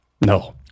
no